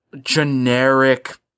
generic